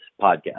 podcast